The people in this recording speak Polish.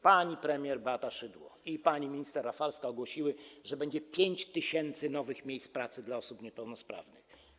Pani premier Beata Szydło i pani minister Rafalska ogłosiły, że będzie 5 tys. nowych miejsc pracy dla osób niepełnosprawnych.